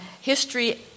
history